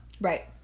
Right